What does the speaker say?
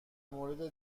مورد